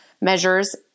measures